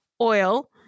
oil